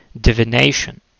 divination